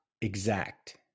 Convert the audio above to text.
exact